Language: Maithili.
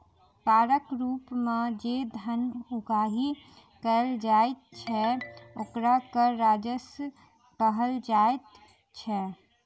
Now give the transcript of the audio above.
करक रूप मे जे धन उगाही कयल जाइत छै, ओकरा कर राजस्व कहल जाइत छै